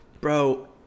Bro